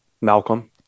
malcolm